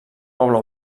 poble